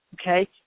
okay